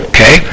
Okay